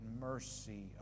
mercy